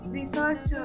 research